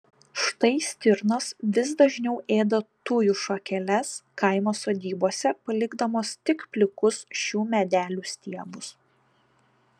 štai stirnos vis dažniau ėda tujų šakeles kaimo sodybose palikdamos tik plikus šių medelių stiebus